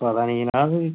पता निं जनाब भी